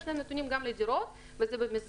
יש לו נתונים גם לדירות, וזה במסגרת